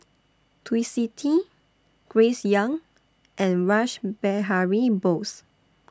Twisstii Grace Young and Rash Behari Bose